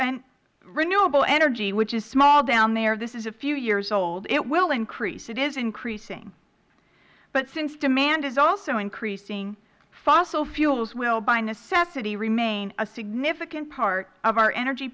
renewable energy which is small down there this is a few years old it will increase it is increasing but since demand is also increasing fossil fuels will by necessarily remain a significant part of our energy